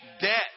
Debt